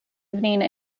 evening